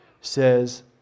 says